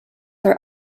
are